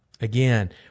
Again